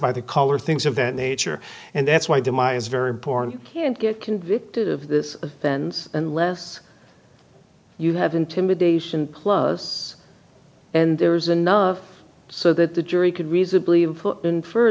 by the color things of that nature and that's why the my it's very important can't get convicted of this offense unless you have intimidation plus and there's enough so that the jury could reasonably in